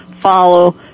follow